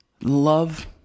love